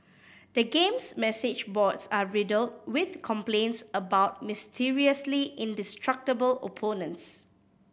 the game's message boards are riddled with complaints about mysteriously indestructible opponents